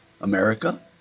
America